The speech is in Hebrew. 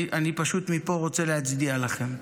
מפה אני רוצה להצדיע לכם,